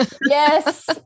Yes